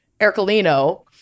Ercolino